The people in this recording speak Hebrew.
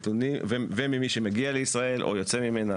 וממי שמגיע לישראל או יוצא ממנה